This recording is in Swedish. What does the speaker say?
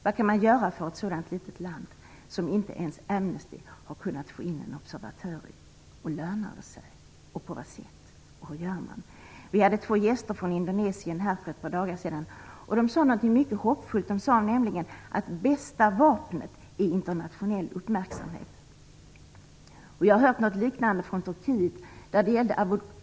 Vad kan man göra för ett sådant litet land, som inte ens Amnesty har kunnat få in en observatör i? Lönar det sig? På vilket sätt? Vad gör man? Vi hade två gäster från Indonesien här för ett par dagar sedan, och de sade något mycket hoppfullt, nämligen att det bästa vapnet är internationell uppmärksamhet. Jag har hört något liknande från Turkiet.